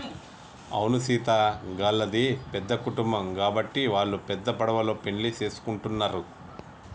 అవును సీత గళ్ళది పెద్ద కుటుంబం గాబట్టి వాల్లు పెద్ద పడవలో పెండ్లి సేసుకుంటున్నరు